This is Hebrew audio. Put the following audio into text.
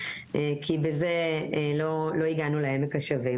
כי בזה לא הגענו לעמק השווה.